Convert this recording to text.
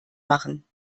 machen